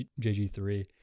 JG3